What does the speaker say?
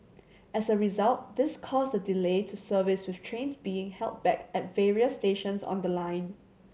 as a result this caused a delay to service with trains being held back at various stations on the line